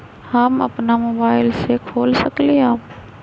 हम अपना मोबाइल से खोल सकली ह?